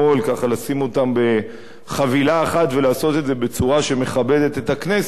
ככה לשים אותם בחבילה אחת ולעשות את זה בצורה שמכבדת את הכנסת,